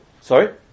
Sorry